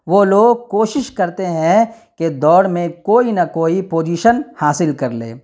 وہ لوگ کوشش کرتے ہیں کہ دوڑ میں کوئی نہ کوئی پوزیشن حاصل کر لیں